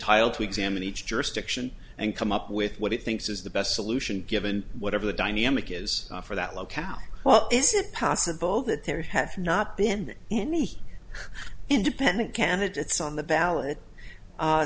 tile to examine each jurisdiction and come up with what it thinks is the best solution given whatever the dynamic is for that locale well is it possible that there have not been any independent candidates on the ballot